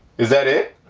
is that it